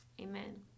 amen